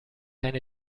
eine